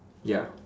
ya